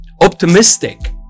optimistic